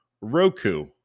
Roku